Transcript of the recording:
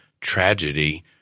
tragedy